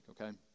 okay